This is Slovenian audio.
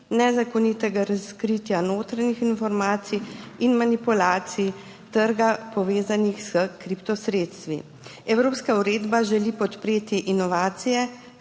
nezakonitega razkritja notranjih informacij in manipulacij trga, povezanih s kriptosredstvi. Evropska uredba želi podpreti inovacije,